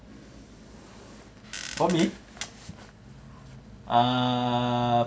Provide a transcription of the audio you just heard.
for me ah